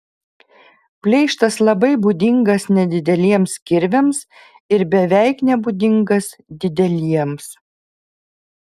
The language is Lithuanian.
pleištas labai būdingas nedideliems kirviams ir beveik nebūdingas dideliems